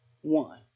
one